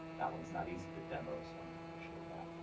that one's not easy to demo, so i'm not going to show you that.